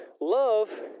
Love